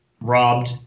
robbed